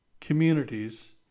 communities